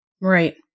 Right